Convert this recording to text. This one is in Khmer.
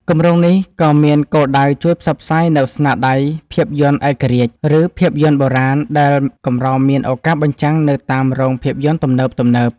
គម្រោងនេះក៏មានគោលដៅជួយផ្សព្វផ្សាយនូវស្នាដៃភាពយន្តឯករាជ្យ ឬភាពយន្តបុរាណដែលកម្រមានឱកាសបញ្ចាំងនៅតាមរោងភាពយន្តទំនើបៗ។